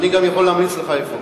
אני גם יכול להמליץ לך איפה.